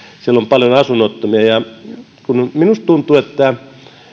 siellä on paljon asunnottomia ja minusta tuntuu että